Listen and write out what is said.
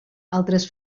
altres